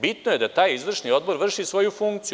Bitno je da taj izvršni odbor vrši svoju funkciju.